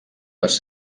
les